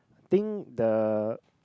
I think the